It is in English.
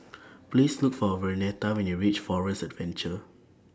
Please Look For Vernetta when YOU REACH Forest Adventure